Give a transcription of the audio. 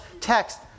text